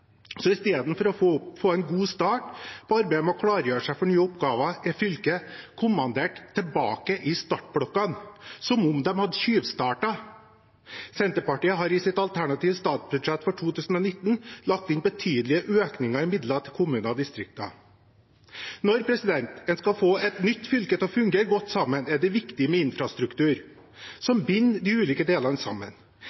Så i stedet for å få en god start på arbeidet med å klargjøre seg for nye oppgaver, er fylket kommandert tilbake i startblokkene, som om de hadde tyvstartet. Senterpartiet har i sitt alternative statsbudsjett for 2019 lagt inn betydelige økninger i midler til kommuner og distrikter. Når en skal få et nytt fylke til å fungere godt, er det viktig med infrastruktur